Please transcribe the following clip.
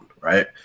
right